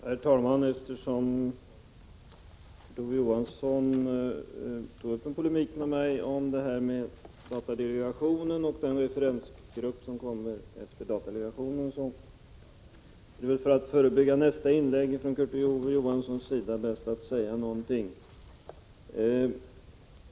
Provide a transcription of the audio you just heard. Herr talman! Eftersom Kurt Ove Johansson tog upp en polemik mot mig om datadelegationen och referensgruppen, som kom efter den, är det, för att förebygga nästa inlägg från Kurt Ove Johanssons sida, bäst att säga någonting.